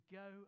go